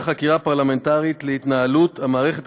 ועדת החקירה הפרלמנטרית להתנהלות המערכת